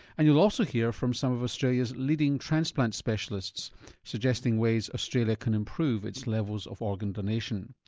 and you'll also hear from some of australia's leading transplant specialists suggesting ways australia can improve its levels of organ donation.